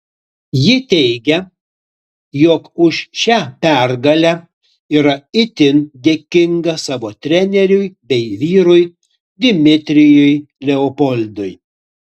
ji teigia jog už šią pergalę yra itin dėkinga savo treneriui bei vyrui dmitrijui leopoldui